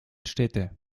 städte